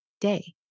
day